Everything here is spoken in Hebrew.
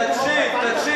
תקשיב.